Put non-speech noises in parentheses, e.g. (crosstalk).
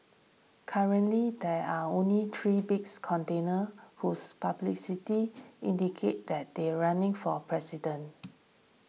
currently there are only three big (unintelligible) contenders who's publicity indicated that they are running for a president